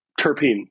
terpene